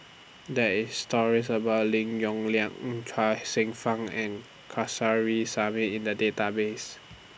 There IS stories about Lim Yong Liang Chuang Hsueh Fang and Kamsari Salam in The Database